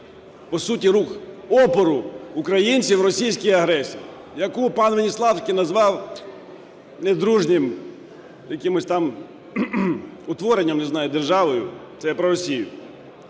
по суті рух опору українців російській агресії, яку пан Веніславський назвав недружнім якимось там утворенням, не знаю, державою, це я про Росію.